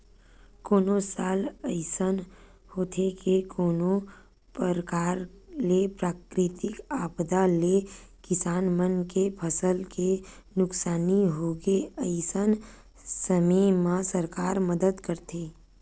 कोनो साल अइसन होथे के कोनो परकार ले प्राकृतिक आपदा ले किसान मन के फसल के नुकसानी होगे अइसन समे म सरकार मदद करथे